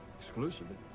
exclusively